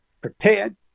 prepared